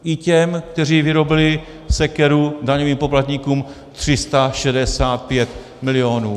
I těm, kteří vyrobili sekeru daňovým poplatníkům 365 milionů.